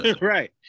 Right